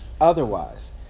otherwise